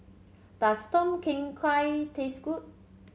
does Tom Kha Gai taste good